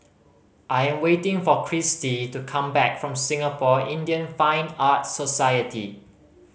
I am waiting for Christie to come back from Singapore Indian Fine Arts Society